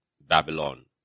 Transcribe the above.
Babylon